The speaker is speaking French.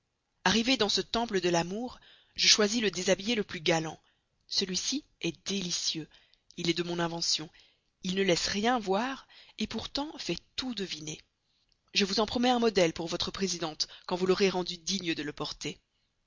arrivée dans ce temple de l'amour je choisis le déshabillé le plus galant celui-ci est délicieux il est de mon invention il ne laisse rien voir pourtant fait tout deviner je vous en promets un modèle pour votre présidente quand vous l'aurez rendue digne de le porter